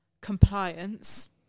compliance